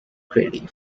greatly